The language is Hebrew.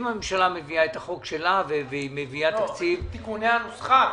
אם הממשלה מביאה את החוק שלה ומביאה תקציב --- את תיקוני הנוסחה,